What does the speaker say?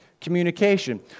communication